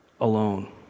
alone